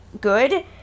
good